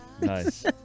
Nice